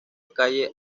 calle